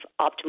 optimal